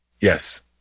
Yes